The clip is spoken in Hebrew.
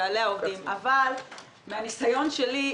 אבל מהניסיון שלי,